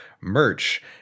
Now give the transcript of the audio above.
merch